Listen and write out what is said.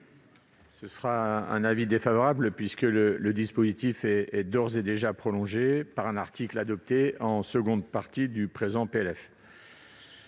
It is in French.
à ces amendements, puisque le dispositif est d'ores et déjà prolongé par un article adopté en seconde partie du présent PLF.